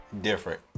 different